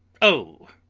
oh,